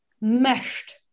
meshed